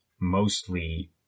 mostly